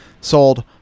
sold